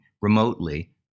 remotely